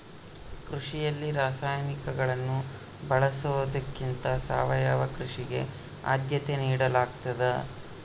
ಕೃಷಿಯಲ್ಲಿ ರಾಸಾಯನಿಕಗಳನ್ನು ಬಳಸೊದಕ್ಕಿಂತ ಸಾವಯವ ಕೃಷಿಗೆ ಆದ್ಯತೆ ನೇಡಲಾಗ್ತದ